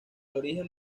origen